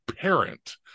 parent